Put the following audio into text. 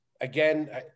Again